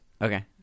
Okay